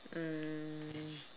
um